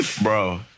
bro